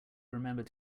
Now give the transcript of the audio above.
remembered